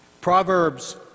Proverbs